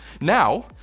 Now